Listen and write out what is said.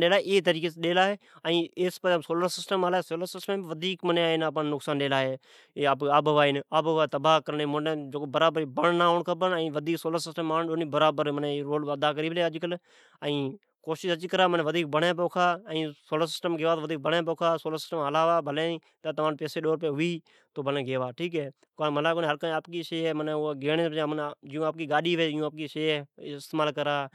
ڈیلا ھی او پچھے سولر سسٹم بہ آپان نقصان ڈئلا ھے۔ اے ڈونی شیا برابر رول ادا کری پلے ۔ بنڑی جی گھٹجڑ این سولرسسٹم جا وڈنڑ اے آبھوائے جام نقصان ڈیلا ھے۔ سولر بھلے لگائوا پر بیڑی بنڑین لگاوا